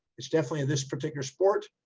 it's definitely this particular sport.